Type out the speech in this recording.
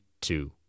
two